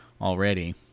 already